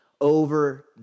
over